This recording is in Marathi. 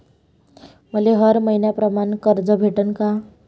मले हर मईन्याप्रमाणं कर्ज भेटन का?